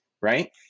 right